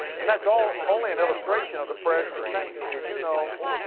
and that's all, only an illustration of the prayers of the saints. did you know